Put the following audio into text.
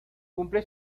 cumple